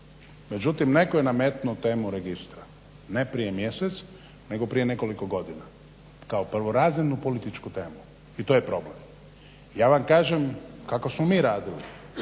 međutim netko je nametnuo temu registra. Ne prije mjesec nego prije nekoliko godina kao prvorazrednu političku temu i to je problem. ja vam kažem kako smo mi radili